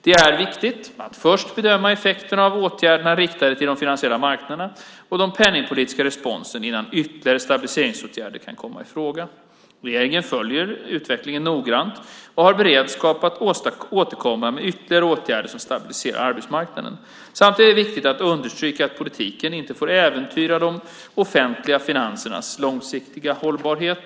Det är viktigt att först bedöma effekterna av åtgärderna riktade till de finansiella marknaderna och den penningpolitiska responsen innan ytterligare stabiliseringspolitiska åtgärder kan komma i fråga. Regeringen följer utvecklingen noggrant och har beredskap att återkomma med ytterligare åtgärder som stabiliserar arbetsmarknaden. Samtidigt är det viktigt att understryka att politiken inte får äventyra de offentliga finansernas långsiktiga hållbarhet.